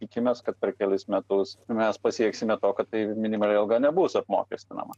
tikimės kad per kelis metus mes pasieksime to kad tai minimali alga nebus apmokestinama